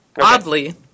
Oddly